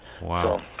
Wow